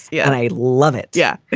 yeah and i love it. yeah. yeah